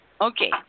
Okay